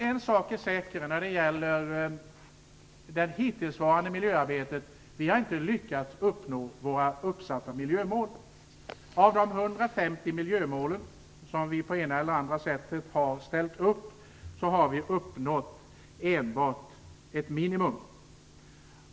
En sak är säker när det gäller det hittillsvarande miljöarbetet, nämligen att vi inte har lyckats uppnå våra uppsatta miljömål. Av de 150 miljömål som vi på det ena eller andra sättet har ställt upp har vi uppnått enbart ett minimum.